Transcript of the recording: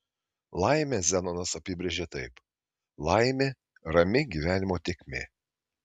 laimę zenonas apibrėžė taip laimė rami gyvenimo tėkmė